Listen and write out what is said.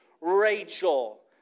Rachel